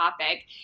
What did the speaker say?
topic